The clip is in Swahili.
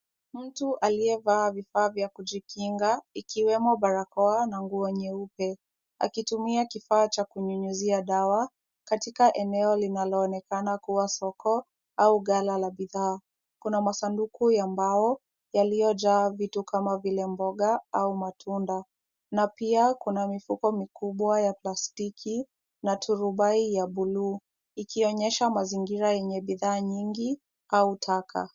Mtu aliyevaa vifaa vya kijikinga, ikiwemo barakoa na nguo nyeupe. Akitumia kifaa cha kunyunyizia dawa katika eneo linaloonekana kawa soko au ghala la bidhaa. Kuna masanduku ya mbao yaliyojaa vitu kama vile mboga au matunda na pia kuna mifuko mkubwa ya plastiki na turubai ya buluu, ikionyesha mazingira yenye bidhaa nyingi au taka.